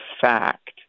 fact